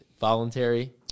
voluntary –